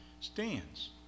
stands